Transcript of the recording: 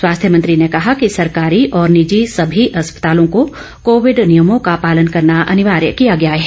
स्वास्थ्य मंत्री ने कहा कि सरकारी और निजी सभी अस्पतालों को कोविड नियमों का पालन करना अनिवार्य किया गया है